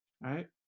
right